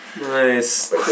Nice